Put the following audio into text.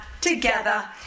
Together